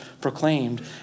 proclaimed